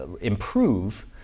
improve